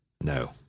No